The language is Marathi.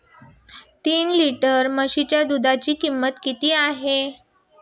तीन लिटर म्हशीच्या दुधाची किंमत किती आहे?